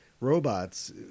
robots